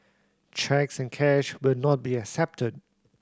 cheques and cash will not be accepted